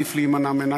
עדיף להימנע ממנה,